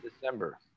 December